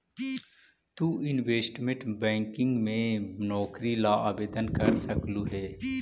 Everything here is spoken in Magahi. तु इनवेस्टमेंट बैंकिंग में नौकरी ला आवेदन कर सकलू हे